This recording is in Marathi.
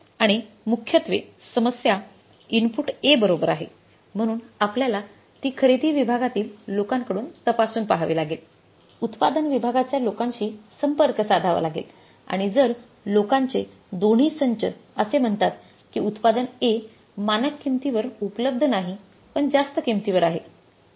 आणि मुख्यत्वे समस्या इनपुट A बरोबर आहे म्हणून आपल्याला ती खरेदी विभागातील लोकांकडून तपासून पहावे लागेल उत्पादन विभागाच्या लोकांशी संपर्क साधावा लागेल आणि जर लोकांचे दोन्ही संच असे म्हणतात की उत्पादन A मानक किमतीवर उपलब्ध नाही पण जास्त किमतीवर आहे